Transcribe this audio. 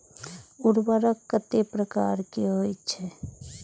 उर्वरक कतेक प्रकार के होई छै?